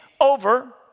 over